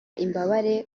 imbabare